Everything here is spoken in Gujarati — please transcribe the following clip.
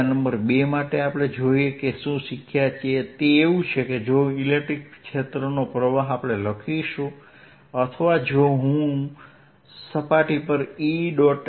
મુદ્દા નંબર 2 આપણે જે શીખ્યા તે એવું છે કે જો હું ઇલેક્ટ્રિક ક્ષેત્રનો પ્રવાહ લખીશ અથવા જો હું સપાટી પર E